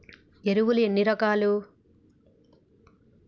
ఎరువులు ఎన్ని రకాలు?